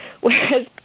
whereas